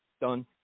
Done